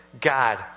God